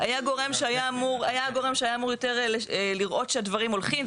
היה גורם שהיה אמור יותר לראות שהדברים הולכים.